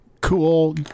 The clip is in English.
Cool